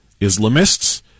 Islamists